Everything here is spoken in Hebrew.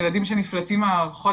ילדים שנפלטים ממערכות,